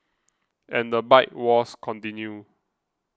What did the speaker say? and the bike wars continue